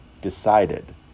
decided